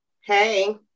Hey